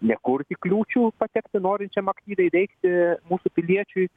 nekurti kliūčių patekti norinčiam aktyviai veikti mūsų piliečiui